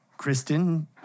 Kristen